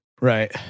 right